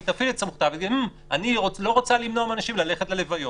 היא תפעיל את סמכותה ותגיד: אני לא רוצה למנוע מאנשים ללכת ללוויות.